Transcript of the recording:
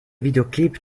videoclip